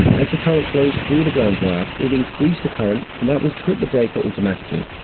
as the current flows through the ground wire, it would increase the current and that will trip the breaker automatically.